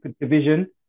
division